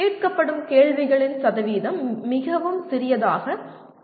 கேட்கப்படும் கேள்விகளின் சதவீதம் மிகவும் சிறியதாக இருக்கும்